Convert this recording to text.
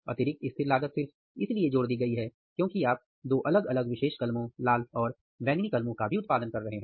अतिरिक्त स्थिर लागत सिर्फ इसलिए जोड़ दी गई है क्योंकि आप दो अलग अलग विशेष कलमों लाल और बैंगनी कलमों का भी उत्पादन कर रहे हैं